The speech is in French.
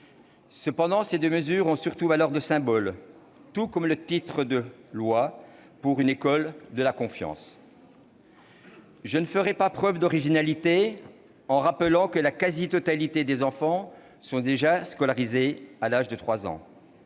Cependant, ces deux mesures ont surtout valeur de symbole, tout comme l'intitulé de ce projet de loi « pour une école de la confiance ». Je ne ferai pas preuve d'originalité en rappelant que la quasi-totalité des enfants sont déjà scolarisés à l'âge de 3 ans.